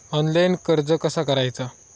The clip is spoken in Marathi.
ऑनलाइन कर्ज कसा करायचा?